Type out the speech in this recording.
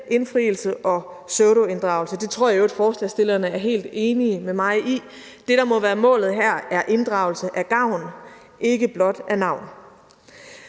inddragelse og pseudoinddragelse – det tror jeg i øvrigt at forslagsstillerne er helt enige med mig i. Det, der må være målet her, er inddragelse af gavn – ikke blot af navn.